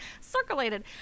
Circulated